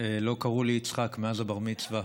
לא קראו לי יצחק מאז הבר-מצווה,